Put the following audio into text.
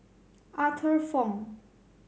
Arthur Fong